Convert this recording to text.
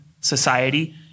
society